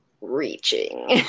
reaching